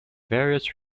various